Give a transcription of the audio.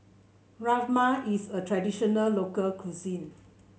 rajma is a traditional local cuisine